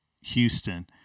Houston